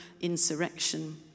insurrection